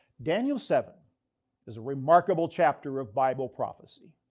daniel seven is a remarkable chapter of bible prophecy.